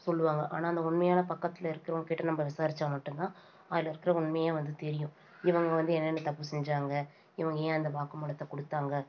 சொல்லுவாங்க ஆனால் அந்த உண்மையான பக்கத்தில் இருக்கிறவங்கக்கிட்ட நம்ம விசாரித்தா மட்டும் தான் அதில் இருக்கிற உண்மையே வந்து தெரியும் இவங்க வந்து என்னென்ன தப்பு செஞ்சாங்க இவங்க ஏன் அந்த வாக்குமூலத்தை கொடுத்தாங்க